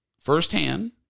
firsthand